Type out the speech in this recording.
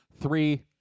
three